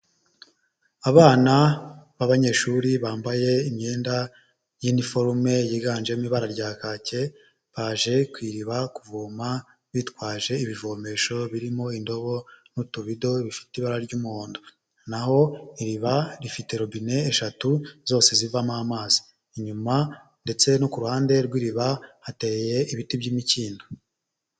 Abana b'abanyeshuri bambaye imyenda y'iniforume yiganjemo ibara rya kake baje ku iriba kuvoma bitwaje ibivomesho, birimo indobo n'utubido bifite ibara ry'umuhondo na ho iriba rifite robine eshatu zose zivamo amazi inyuma ndetse no ku ruhande rw'iriba hateye ibiti by'imikindo.